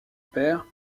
père